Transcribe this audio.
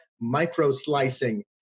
micro-slicing